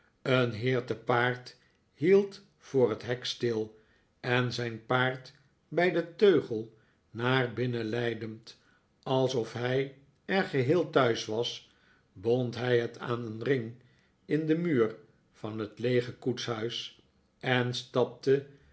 een heer te paard hield voor het hek stil en zijn paard bij den teugel naar binnen leidend alsof hij er geheel thuis was bond hij het aan een ring in den muur van het leege koetshuis en stapte